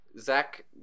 zach